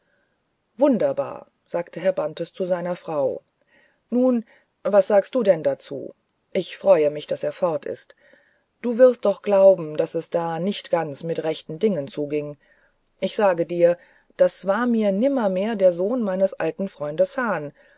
wunderbar sagte herr bantes zu seiner frau nun was sagst du denn dazu ich freue mich daß er fort ist du wirst doch glauben daß es da nicht ganz mit rechten dingen zuging ich sage dir das war mir nimmermehr der sohn meines alten freundes hahn